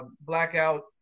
blackout